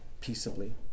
peaceably